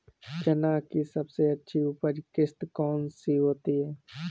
चना की सबसे अच्छी उपज किश्त कौन सी होती है?